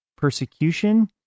persecution